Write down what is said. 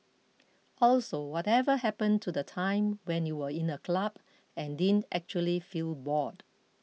also whatever happen to the time when you were in a club and didn't actually feel bored